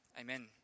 amen